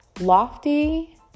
lofty